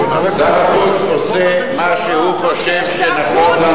שר החוץ עושה מה שהוא חושב שנכון לעשות.